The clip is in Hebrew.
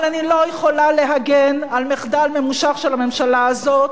אבל אני לא יכולה להגן על מחדל ממושך של הממשלה הזאת,